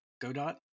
Godot